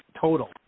total